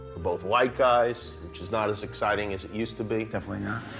both white guys, which is not as exciting as it used to be. definitely not.